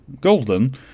golden